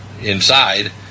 inside